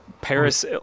paris